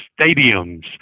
stadiums